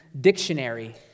dictionary